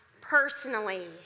personally